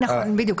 נכון, בדיוק.